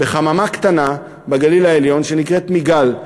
בחממה קטנה בגליל העליון שנקראת מיג"ל,